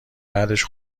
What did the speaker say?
بعدش